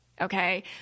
okay